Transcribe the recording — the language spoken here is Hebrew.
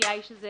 הציפייה היא שזה